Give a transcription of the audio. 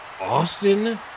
Austin